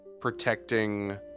protecting